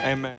Amen